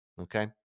okay